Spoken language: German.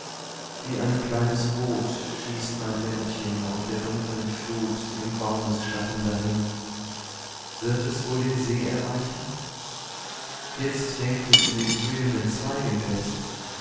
wie ein kleines boot schießt mein lämpchen auf der dunklen flut im baumesschatten dahin wird es wohl den see erreichen jetzt hängt es in den blühenden zweigen fest